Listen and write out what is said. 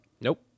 Nope